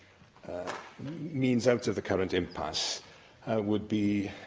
ah means out of the current impasse would be